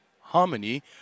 harmony